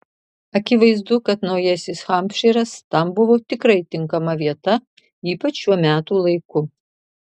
akivaizdu kad naujasis hampšyras tam buvo tikrai tinkama vieta ypač šiuo metų laiku